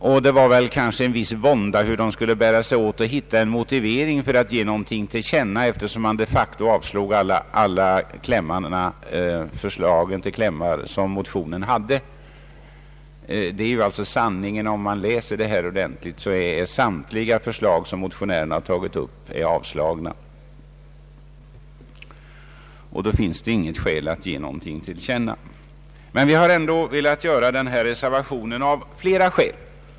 Det var kanske inom utskottet en viss vånda när det gällde att hitta en motivering för att ge till känna, eftersom man de facto avslog alla förslag till klämmar som motionerna hade. Om man läser utlåtandet ordentligt finner man att samtliga förslag som motionärerna tagit upp är avslagna, och då finns det ju egentligen inget skäl att ge någonting till känna. Vi har ändå velat göra denna reservation av flera skäl.